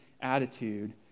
attitude